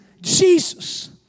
Jesus